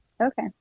Okay